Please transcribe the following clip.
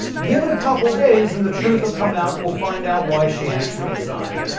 give it a couple of days and the truth will come out and we'll find out why she actually resigned.